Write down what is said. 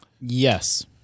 Yes